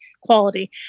quality